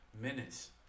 minutes